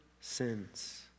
sins